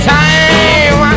time